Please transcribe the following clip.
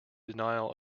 denial